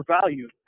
value